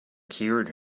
cured